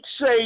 say